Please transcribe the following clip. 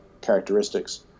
characteristics